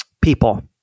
people